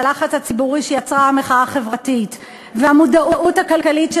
הלחץ הציבורי שיצרה המחאה החברתית והמודעות הכלכלית של